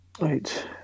right